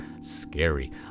scary